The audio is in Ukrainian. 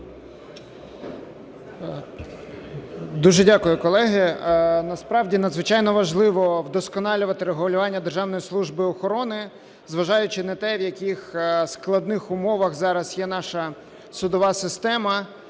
Дуже дякую, колеги. Насправді надзвичайно важливо вдосконалювати регулювання Державної служби охорони, зважаючи на те, в яких складних умовах зараз є наша судова система.